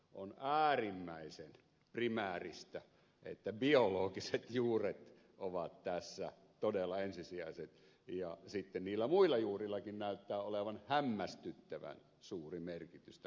on äärimmäisen primääristä että biologiset juuret ovat tässä todella ensisijaiset ja sitten niillä muillakin juurilla näyttää olevan hämmästyttävän suuri merkitys tänä aikana